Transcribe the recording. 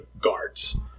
guards